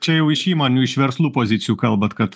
čia jau iš įmonių iš verslų pozicijų kalbate kad